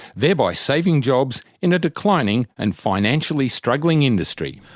thereby saving jobs in a declining and financially struggling industry?